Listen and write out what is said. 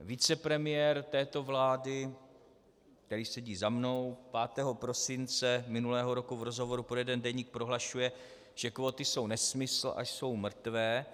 Vicepremiér této vlády, který sedí za mnou , 5. prosince minulého roku v rozhovoru pro jeden deník prohlašuje, že kvóty jsou nesmysl a jsou mrtvé.